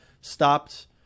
stopped